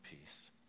peace